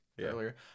earlier